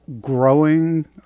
growing